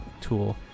tool